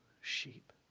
sheep